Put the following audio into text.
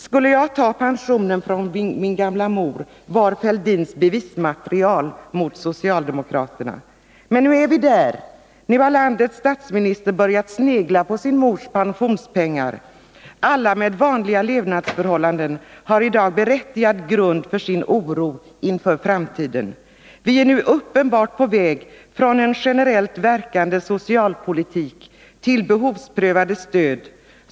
”Skulle jag ta pensionen från min gamla mor?” , var Thorbjörn Fälldins bevismaterial mot socialdemokraterna. Men nu är vi där. Nu har landets statsminister börjat snegla på sin mors pensionspengar. Alla med vanliga levnadsförhållanden har i dag berättigad grund för sin oro inför framtiden. Vi är nu uppenbart på väg från en generellt verkande socialpolitik till behovsprövade stöd.